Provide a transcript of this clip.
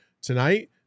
Tonight